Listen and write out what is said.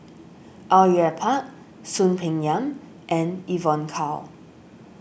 Au Yue Pak Soon Peng Yam and Evon Kow